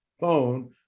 phone